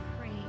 pray